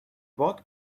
bought